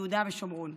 ביהודה ושומרון.